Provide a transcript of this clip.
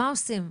מה עושים?